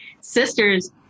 Sisters